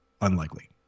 unlikely